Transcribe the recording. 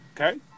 Okay